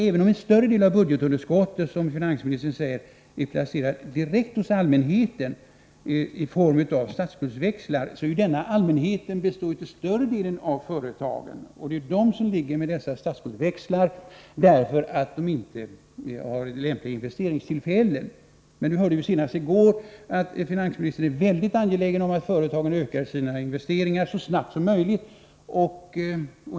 Även om det är så som finansministern säger att en större del av budgetunderskottet är placerad direkt hos allmänheten i form av statsskuldsväxlar, så består ju denna ”allmänhet” till större delen av företag; och företagen har dessa statsskuldsväxlar därför att de inte har lämpliga investeringstillfällen. Nu hörde vi emellertid senast i går att finansministern är mycket angelägen om att företagen ökar sina investeringar så snabbt som möjligt.